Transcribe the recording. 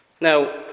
Now